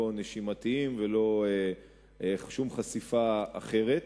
לא נשימתי ולא שום חשיפה אחרת.